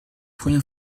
première